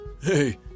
Hey